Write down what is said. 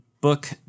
book